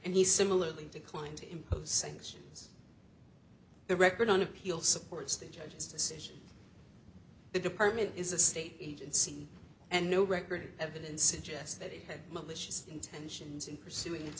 and he similarly declined to impose sanctions the record on appeal supports the judge's decision the department is a state agency and no record of evidence suggests that it had malicious intentions in pursuing